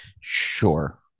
Sure